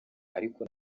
ariko